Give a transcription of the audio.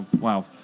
Wow